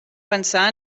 pensar